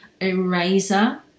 eraser